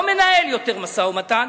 לא מנהל יותר משא-ומתן,